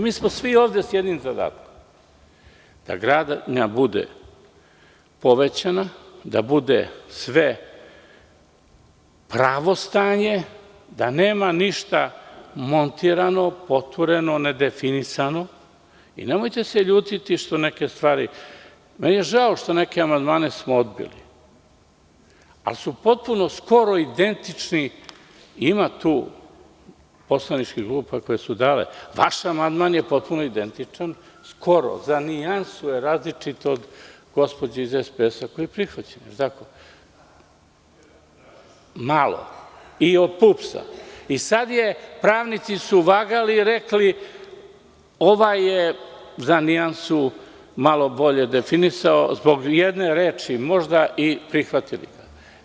Mi smo svi ovde sa jednim zadatkom, da gradnja bude povećana, da bude sve pravo stanje, da nema ništa montirano, potureno, nedefinisano i nemojte se ljutiti što neke stvari, a meni je žao što smo neke amandmane odbili, ali su potpuno skoro identični, ima tu poslaničkih grupa koje su dale, a vaš amandman je potpuno identičan, skoro za nijansu je različit od gospođe SPS, koji je prihvaćen, malo i od PUPS-a, i sada su pravnici vagali i rekli, ovaj je za nijansu malo bolje definisao, zbog jedne reči možda, i prihvatili ga.